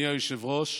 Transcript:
אדוני היושב-ראש,